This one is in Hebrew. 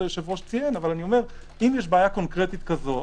היושב-ראש ציין אבל אם יש בעיה קונקרטית כזו,